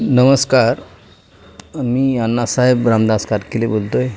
नमस्कार मी अन्नासाहेब रामदास काटकीले बोलतो आहे